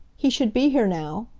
he should be here now.